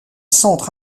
centre